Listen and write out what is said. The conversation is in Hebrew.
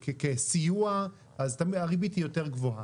לסיוע, אז הריבית היא יותר גבוהה.